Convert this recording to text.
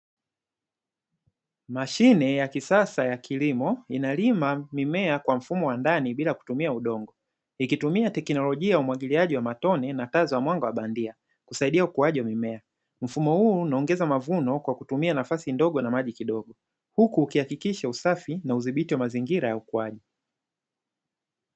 Mashine ya kisasa ya kilimo inalima mimea kwa mfumo wa ndani bila kutumia udongo, ikitumia teknolojia ya umwagiliaji wa matone na kazi ya mwanga wa bandia; kusaidia ukuaji wa mimea. Mfumo huu unaongeza mavuno kwa kutumia nafasi ndogo na maji kidogo, huku ukihakikisha usafi na udhibiti mazingira ya ukuaji.